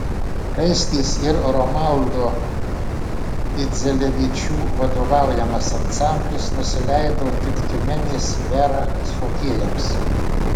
skaistės ir romaldo idzelevičių vadovaujamas ansamblis nusileido tik tiumenės vera šokėjams